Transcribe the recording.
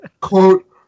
Quote